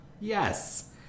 Yes